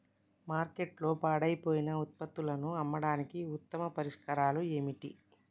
మార్కెట్లో పాడైపోయిన ఉత్పత్తులను అమ్మడానికి ఉత్తమ పరిష్కారాలు ఏమిటి?